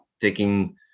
Taking